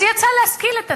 אז היא יצאה להשכיל את עצמה,